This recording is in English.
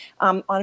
on